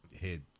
Head